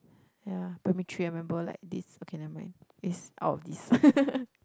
ya primary three I remember like this okay never mind is out of this